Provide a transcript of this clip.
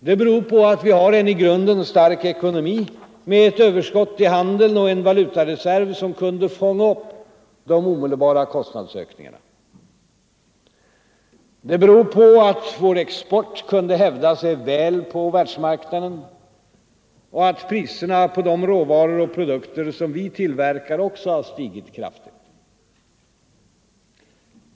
Det beror på att vi hade en i grunden stark ekonomi, med ett överskott i handeln och en valutareserv som kunde fånga upp de omedelbara kostnadsökningarna. Det beror på att vår export kunde hävda sig väl på världsmarknaden och att priserna på de råvaror och produkter som vi tillverkar också har stigit kraftigt.